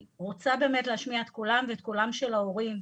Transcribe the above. רוצה באמת להשמיע את קולם ואת קולם של ההורים,